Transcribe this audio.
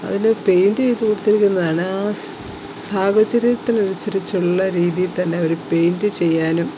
അതില് പെയിൻറ്റിയ്ത് കൊടുത്തിരിക്കുന്ന അനാസ്സ് സാഹചര്യത്തിനനുസരിച്ചുള്ള രീതിയില് തന്നെ അവര് പെയിൻറ്റ് ചെയ്യാനും